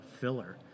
filler